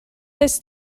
this